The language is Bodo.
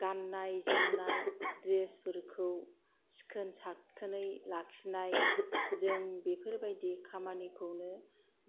गाननाय जोमनाय द्रेसफोरखौ सिखोन साखोनै लाखिनाय जों बेफोरबादि खामानिखौनो